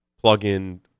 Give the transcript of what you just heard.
plug-in